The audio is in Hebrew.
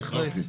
בהחלט מופיע.